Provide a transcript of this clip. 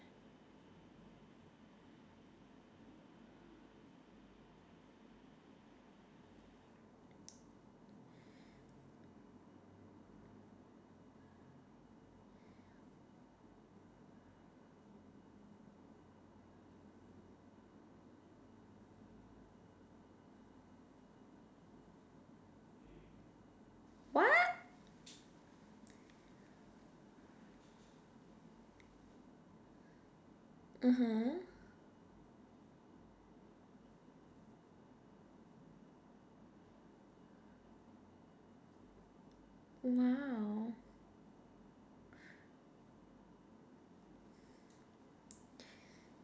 what (uh huh) !wow!